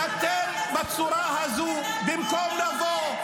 --- אתם, בצורה הזאת, במקום לבוא,